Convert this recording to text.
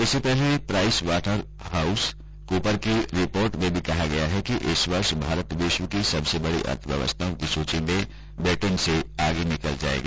इससे पहले Pricewaterhouse Cooper की रिपोर्ट में भी कहा गया है कि इस वर्ष भारत विश्व की सबसे बड़ी अर्थव्यवस्थाओं की सूची में ब्रिटेन से आगे निकल जायेगा